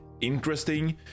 interesting